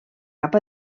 cap